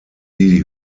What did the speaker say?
die